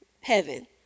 heaven